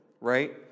right